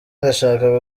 ndashaka